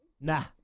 Nah